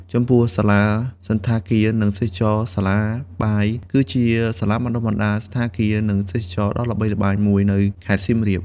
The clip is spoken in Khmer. ចំពោះ សាលាសណ្ឋាគារ និងទេសចរណ៍ សាលាបាយ គឺជាសាលាបណ្តុះបណ្តាលសណ្ឋាគារ និងទេសចរណ៍ដ៏ល្បីល្បាញមួយនៅខេត្តសៀមរាប។